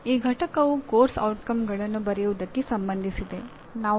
ಅದೇನೆಂದರೆ ಕಲಿಕೆಯು ಶಿಕ್ಷಕರ ಕೇಂದ್ರೀಕರಣದಿಂದ ಕಲಿಯುವವರ ಕೇಂದ್ರೀಕತೆಗೆ ಬದಲಾಗಿರುವುದು